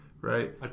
right